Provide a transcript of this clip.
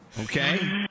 Okay